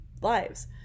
lives